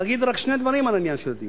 אגיד רק שני דברים על העניין של הדיור: